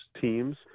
teams